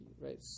right